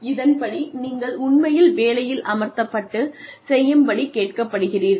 இதன்படி நீங்கள் உண்மையில் வேலையில் அமர்த்தப்பட்டு செய்யும்படி கேட்கப்படுகிறீர்கள்